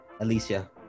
Alicia